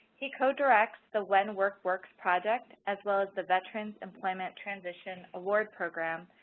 he codirects the when work works project, as well as the veterans employment transitions award program,